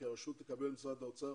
כי הרשות תקבל ממשרד האוצר